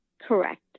correct